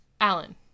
Alan